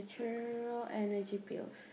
Natural Energy Pills